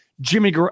Jimmy